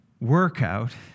workout